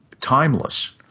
timeless